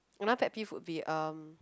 another pet peeve would be um